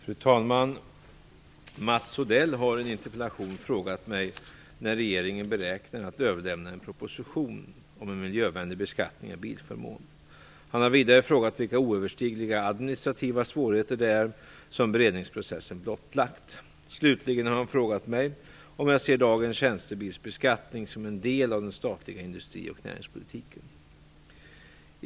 Fru talman! Mats Odell har i en interpellation frågat mig när regeringen beräknar att överlämna en proposition om en miljövänlig beskattning av bilförmån. Han har vidare frågat vilka oöverstigliga administrativa svårigheter det är som beredningsprocessen blottlagt. Slutligen har han frågat mig om jag ser dagens tjänstebilsbeskattning som en del av den statliga industri och näringspolitiken.